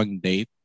date